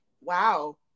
wow